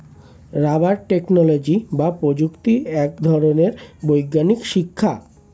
rubber technology বা প্রযুক্তি এক ধরনের বৈজ্ঞানিক শিক্ষা